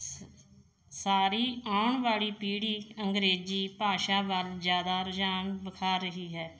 ਸਾਰੀ ਆਉਣ ਵਾਲੀ ਪੀੜ੍ਹੀ ਅੰਗਰੇਜ਼ੀ ਭਾਸ਼ਾ ਵੱਲ ਜ਼ਿਆਦਾ ਰੁਝਾਨ ਵਿਖਾ ਰਹੀ ਹੈ